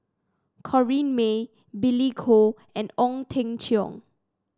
Corrinne May Billy Koh and Ong Teng Cheong